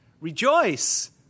Rejoice